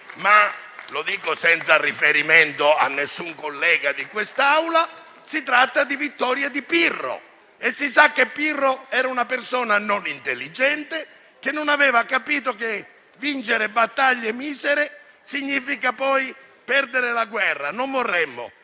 ma - lo dico senza riferimento ad alcun collega di questa Assemblea - si tratta di vittoria di Pirro, e si sa che Pirro era una persona non intelligente, che non aveva capito che vincere battaglie misere significasse perdere la guerra. Non vorremmo